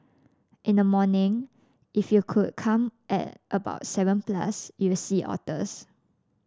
in the morning if you could come at about seven plus you'll see otters